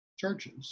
churches